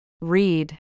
Read